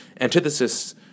antithesis